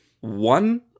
one